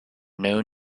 known